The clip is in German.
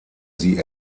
sie